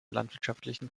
landwirtschaftlichen